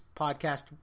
podcast